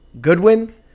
Goodwin